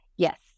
Yes